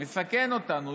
מסכן אותנו,